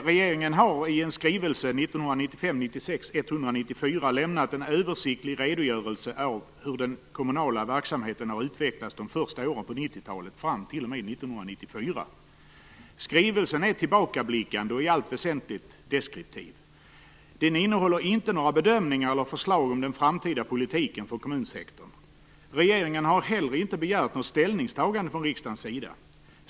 Herr talman! Regeringen har i en skrivelse, Skrivelsen är tillbakablickande och i allt väsentligt deskriptiv. Den innehåller inte några bedömningar av eller förslag om den framtida politiken i kommunsektorn. Regeringen har heller inte begärt något ställningstagande från riksdagens sida.